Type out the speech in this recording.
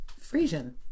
Frisian